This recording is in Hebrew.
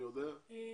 אני יודע,